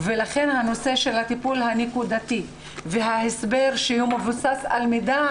לכן חשוב הטיפול הנקודתי וההסבר שמבוסס על מידע